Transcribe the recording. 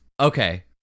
Okay